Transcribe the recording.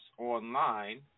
online